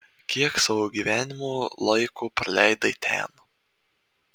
kiek savo gyvenimo laiko praleidai ten